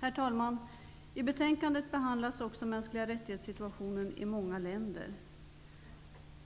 Herr talman! I betänkandet behandlas också mänskliga rättighets-situationen i många olika länder.